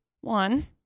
one